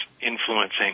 influencing